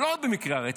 אבל לא רק במקרי הרצח.